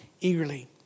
eagerly